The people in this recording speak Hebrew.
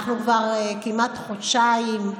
אנחנו כבר כמעט חודשיים,